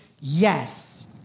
yes